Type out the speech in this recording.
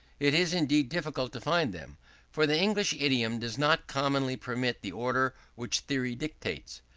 it is indeed difficult to find them for the english idiom does not commonly permit the order which theory dictates.